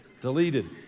Deleted